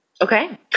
Okay